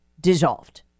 dissolved